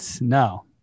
No